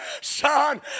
son